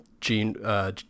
Gene